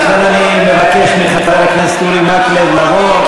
לכן אני מבקש מחבר הכנסת אורי מקלב לבוא.